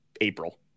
April